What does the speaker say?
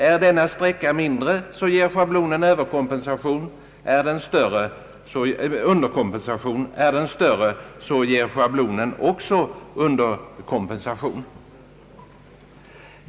är denna sträcka mindre ger schablonen underkompensation, och är sträckan större ger schablonen också underkompensation.